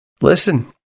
listen